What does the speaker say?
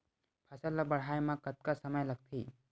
फसल ला बाढ़े मा कतना समय लगथे?